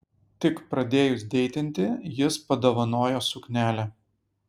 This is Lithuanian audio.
tik pradėjus deitinti jis padovanojo suknelę